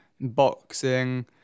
boxing